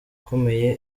ukomeye